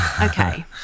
Okay